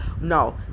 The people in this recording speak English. No